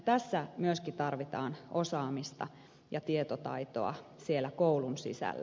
tässä myöskin tarvitaan osaamista ja tietotaitoa siellä koulun sisällä